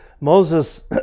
Moses